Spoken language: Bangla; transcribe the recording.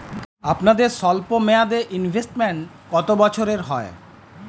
আপনাদের স্বল্পমেয়াদে ইনভেস্টমেন্ট কতো বছরের হয়?